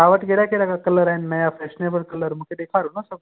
तव्हां वटि कहिड़ा कहिड़ा कलर आहिनि नया फ़ेशनेबल कलर मूंखे ॾेखारियो न सभु